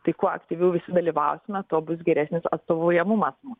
tai kuo aktyviau dalyvausime tuo bus geresnis atstovaujamumas